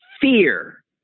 fear